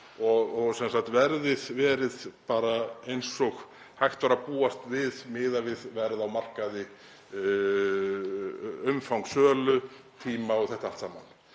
Verðið verið eins og hægt var að búast við miðað við verð á markaði, umfang sölu, tíma og þetta allt saman.